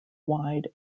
wide